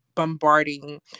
bombarding